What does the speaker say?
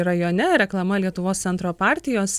rajone reklama lietuvos centro partijos